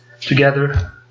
together